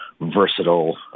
versatile